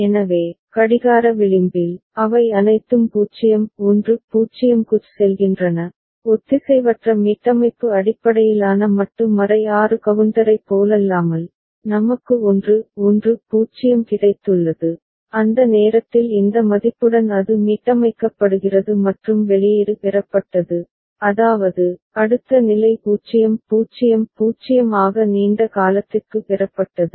எனவே கடிகார விளிம்பில் அவை அனைத்தும் 0 1 0 க்குச் செல்கின்றன ஒத்திசைவற்ற மீட்டமைப்பு அடிப்படையிலான மட்டு 6 கவுண்டரைப் போலல்லாமல் நமக்கு 1 1 0 கிடைத்துள்ளது அந்த நேரத்தில் இந்த மதிப்புடன் அது மீட்டமைக்கப்படுகிறது மற்றும் வெளியீடு பெறப்பட்டது அதாவது அடுத்த நிலை 0 0 0 ஆக நீண்ட காலத்திற்கு பெறப்பட்டது